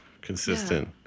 consistent